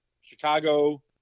Chicago –